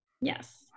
Yes